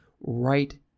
right